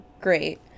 great